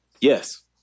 Yes